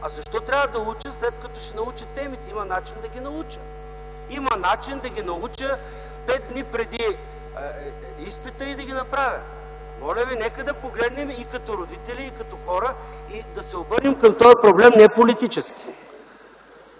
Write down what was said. защо трябва да уча, след като ще науча темите? Има начин да ги науча. Има начин да ги науча пет дни преди изпита и да ги направя.” Моля Ви, нека да погледнем и като родители, и като хора, и да се обърнем към този проблем, но не политически.